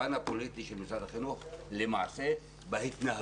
הפן הפוליטי של משרד החינוך היא למעשה בהתנהגות,